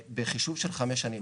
בחישוב של חמש שנים